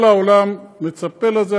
כל העולם מצפה לזה,